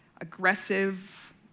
Aggressive